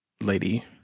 lady